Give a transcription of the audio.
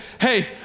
hey